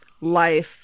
life